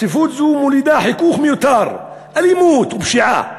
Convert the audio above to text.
צפיפות זו מולידה חיכוך מיותר, אלימות ופשיעה.